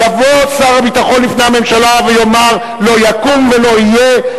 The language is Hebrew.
יבוא שר הביטחון לפני הממשלה ויאמר: לא יקום ולא יהיה,